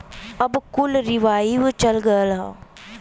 अब कुल रीवाइव चल गयल हौ